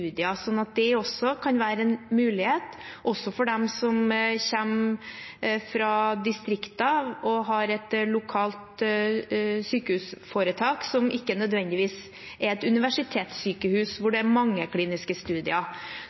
sånn at det kan være en mulighet også for dem som kommer fra distriktene og har et lokalt sykehusforetak som ikke nødvendigvis er et universitetssykehus hvor det er mange kliniske studier.